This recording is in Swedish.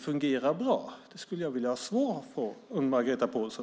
Detta skulle jag vilja ha svar på från Margareta Pålsson.